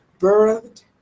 birthed